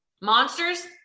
Monsters